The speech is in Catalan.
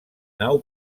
nau